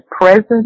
present